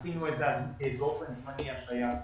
עשינו באופן זמני השהייה.